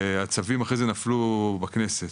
הצווים אחרי זה נפלו בכנסת,